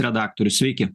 redaktorius sveiki